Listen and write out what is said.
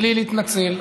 בלי להתנצל.